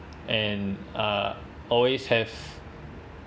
and uh always have